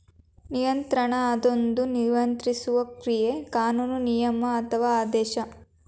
ನಿಯಂತ್ರಣ ಅದೊಂದ ನಿಯಂತ್ರಿಸುವ ಕ್ರಿಯೆ ಕಾನೂನು ನಿಯಮ ಅಥವಾ ಆದೇಶ